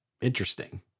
interesting